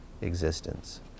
existence